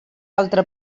altre